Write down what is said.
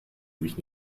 mich